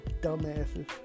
dumbasses